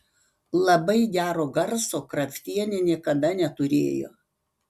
labai gero garso kraftienė niekada neturėjo